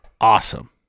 awesome